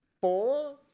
four